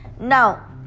Now